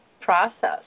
process